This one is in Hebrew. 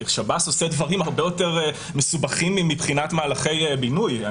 שב"ס עושה דברים הרבה יותר מסובכים מבחינת מהלכי בינוי.